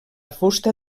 fusta